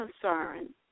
concern